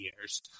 years